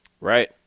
Right